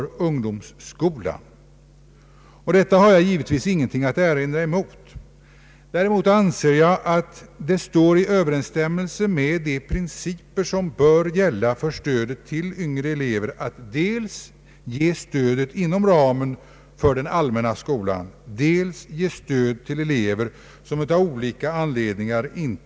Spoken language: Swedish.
Huvudsaken är att de i rättvisans namn ges samma studiehjälp som eleverna vid de statligt understödda korrespondensgymnasierna.